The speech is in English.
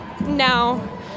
No